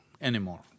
anymore